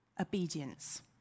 Obedience